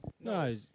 No